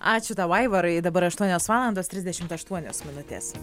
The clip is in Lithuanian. ačiū tau aivarai dabar aštuonios valandos trisdešimt aštuonios minutės